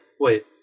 wait